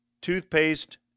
toothpaste